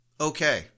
okay